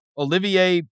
Olivier